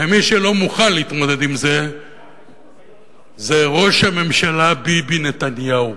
ומי שלא מוכן להתמודד עם זה זה ראש הממשלה ביבי נתניהו.